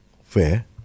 fair